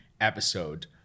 episode